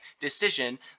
decision